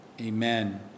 amen